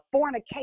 fornication